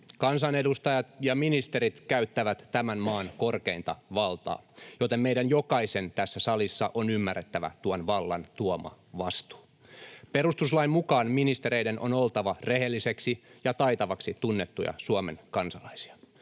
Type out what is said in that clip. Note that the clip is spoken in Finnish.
Kansanedustajat ja ministerit käyttävät tämän maan korkeinta valtaa, joten meidän jokaisen tässä salissa on ymmärrettävä tuon vallan tuoma vastuu. Perustuslain mukaan ministereiden on oltava rehellisiksi ja taitaviksi tunnettuja Suomen kansalaisia.